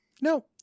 no